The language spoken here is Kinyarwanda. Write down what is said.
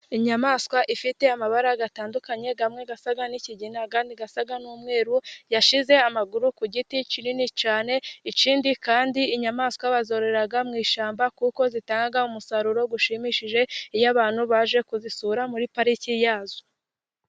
Inyamaswa ifite amabara atandukanye amwe asa n'ikigina, andi asa n'umweru, yashyize amaguru ku giti kinini cyane ikindi kandi inyamaswa bazororera mu ishyamba, kuko zitanga umusaruro ushimishije iyo abantu baje kuzisura muri pariki yazo.